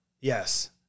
Yes